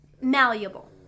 malleable